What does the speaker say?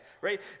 right